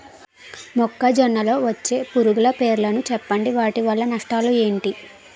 మొక్కజొన్న లో వచ్చే పురుగుల పేర్లను చెప్పండి? వాటి వల్ల నష్టాలు ఎంటి?